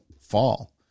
fall